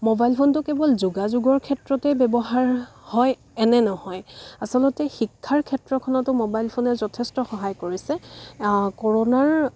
mobile ফোনটো কেৱল যোগাযোগৰ ক্ষেত্ৰতে ব্যৱহাৰ হয় এনে নহয় আচলতে শিক্ষাৰ ক্ষেত্ৰখনতো মোবাইল ফোনে যথেষ্ট সহায় কৰিছে কৰ'ণাৰ